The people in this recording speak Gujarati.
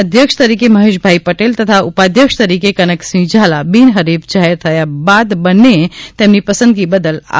અધ્યક્ષ તરીકે મહેશભાઈ પટેલ તથા ઊપાધ્યક્ષ તરીકે કનકસિંહ ઝાલા બિનહરિફ જાહેર થયા બાદ બંનેએ તેમની પસંદગી બદલ આભાર માન્યો હતો